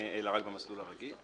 אלא רק למסלול הרגיל.